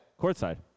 Courtside